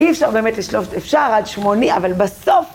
‫אי אפשר באמת לשלוף... ‫אפשר עד שמוני, אבל בסוף...